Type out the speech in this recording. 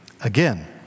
Again